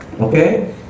Okay